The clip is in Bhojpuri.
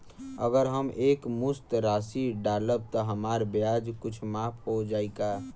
अगर हम एक मुस्त राशी डालब त हमार ब्याज कुछ माफ हो जायी का?